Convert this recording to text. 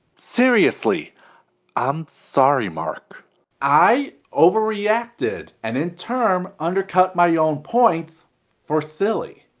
seriously i'm sorry mark i overreacted and in term undercut my own points for silly.